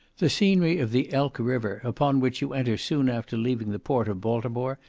the scenery of the elk river, upon which you enter soon after leaving the port of baltimore,